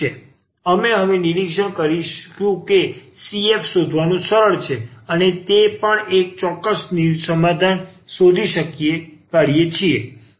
અમે હવે નિરીક્ષણ કરીશું કે CF શોધવાનું સરળ છે અને તે પણ એક ચોક્કસ સમાધાન શોધી કાઢીએ છીએ